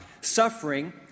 suffering